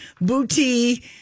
booty